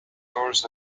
doors